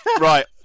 Right